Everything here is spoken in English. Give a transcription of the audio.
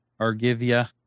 Argivia